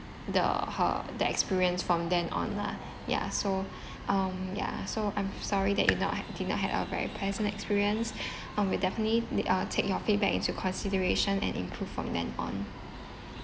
the her the experience from then on lah yeah so um yeah so I'm sorry that you not ha~ did not had a very pleasant experience um we'll definitely d~ uh take your feedback into consideration and improve from then on